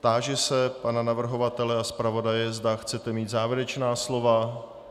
Táži se pana navrhovatele a zpravodaje, zda chtějí mít závěrečná slova.